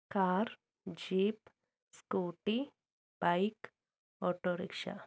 car jeep scooty bike autorickshaw